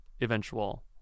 eventual